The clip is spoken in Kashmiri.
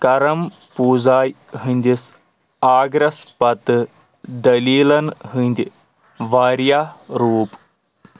کَرم پوٗزایہ ہٕندِس آگرس پتہٕ دٔلیٖلن ہٕنٛدۍ واریاہ روٗپ